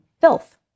filth